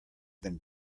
than